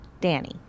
danny